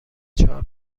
چهار